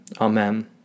Amen